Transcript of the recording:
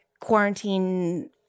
quarantine